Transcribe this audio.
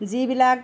যিবিলাক